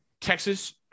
Texas